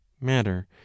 matter